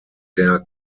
der